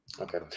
okay